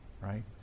right